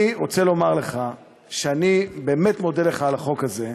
אני רוצה לומר לך שאני באמת מודה לך על החוק הזה,